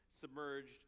submerged